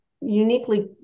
uniquely